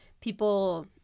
people